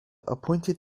appointed